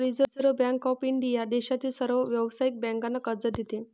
reserve Bank of India देशातील सर्व व्यावसायिक बँकांना कर्ज देते